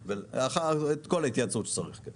כל ההתייעצות שצריך, כן.